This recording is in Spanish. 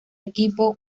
equipo